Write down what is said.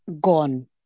gone